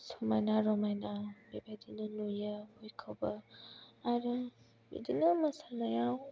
समायना रमायना बेबायदिनो नुयो बेखौबो आरो बिदिनो मोसानायाव